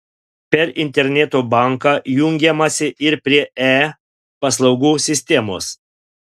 per interneto banką jungiamasi ir prie e paslaugų sistemos